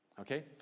okay